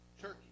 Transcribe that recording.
Turkey